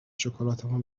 شکلاتمو